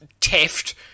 ...theft